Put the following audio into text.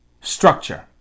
structure